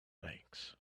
banks